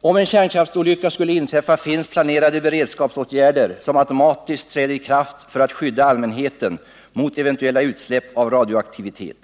Om en kärnkraftsolycka skulle inträffa finns planerade beredskapsåtgärder som automatiskt träder i kraft för att skydda allmänheten mot eventuella utsläpp av radioaktivitet.